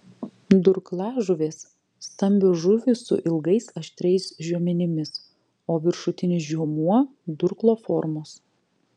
durklažuvės stambios žuvys su ilgais aštriais žiomenimis o viršutinis žiomuo durklo formos